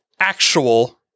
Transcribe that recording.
actual